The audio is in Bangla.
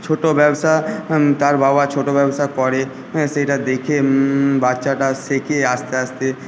ছোটো ব্যবসা তার বাবা ছোটো ব্যবসা করে হ্যাঁ সেইটা দেখে বাচ্চাটা শেখে আস্তে আস্তে